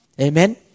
Amen